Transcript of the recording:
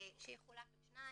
יחולק לשניים,